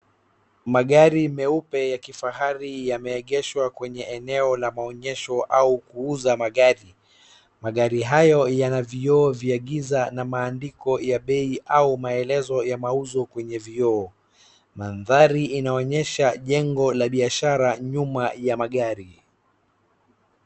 Magari meupe ya kifahari yameegeshwa kwenye eneo la maonyesho au kuuza magari, magari hayo yana vioo vya giza na maandiko ya bei au maelezo ya mauzo kwenye vioo, mandhari inoanyesha jengo la biashara nyuma ya magari.